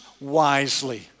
wisely